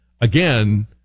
again